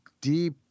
deep